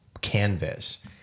canvas